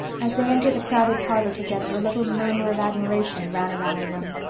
as they entered the crowded parlor together a little murmur of admiration ran around the room.